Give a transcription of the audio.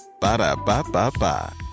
Ba-da-ba-ba-ba